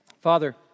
Father